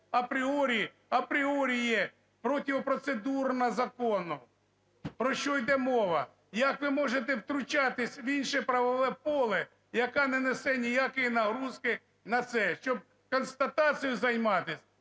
апріорі є протипроцедурно закону. Про що йде мова? Як ви можете втручатись в інше правове поле, яке не несе ніякої нагрузки на це, щоб констатацією займатись?